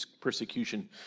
persecution